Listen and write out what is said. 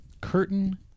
Curtain